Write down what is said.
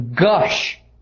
gush